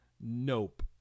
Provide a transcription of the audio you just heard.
Nope